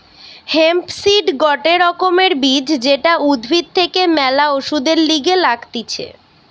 hemp seed গটে রকমের বীজ যেটা উদ্ভিদ থেকে ম্যালা ওষুধের লিগে লাগতিছে